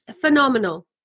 phenomenal